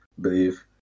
believe